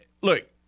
Look